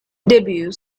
debut